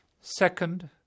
Second